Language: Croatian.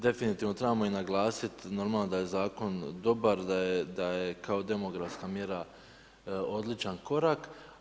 Definitivno trebamo i naglasiti, normalno da je zakon dobar, da je kao demografska mjera odličan korak.